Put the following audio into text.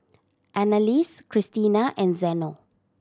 Anneliese Krystina and Zeno